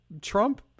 Trump